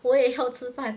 我也要吃饭